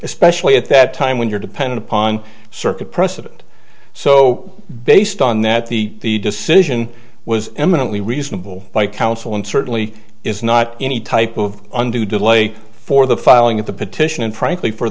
especially at that time when you're depending upon circuit precedent so based on that the decision was eminently reasonable by counsel and certainly is not any type of undue delay for the filing of the petition and frankly for